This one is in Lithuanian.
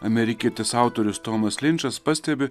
amerikietis autorius tomas linčas pastebi